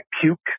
puke